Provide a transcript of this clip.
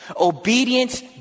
Obedience